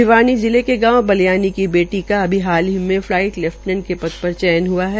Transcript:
भिवानी जिले के गांव बलियाली की बेटी का अभी हाल ही में फलाईट लैफ्टिनेट के पर चयन हआ है